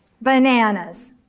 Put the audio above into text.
bananas